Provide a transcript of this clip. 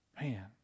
Man